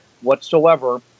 whatsoever